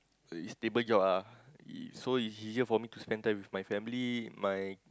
it's stable job ah so it's easier for me to spend time with my family my